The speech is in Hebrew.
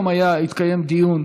היום התקיים דיון